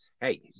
hey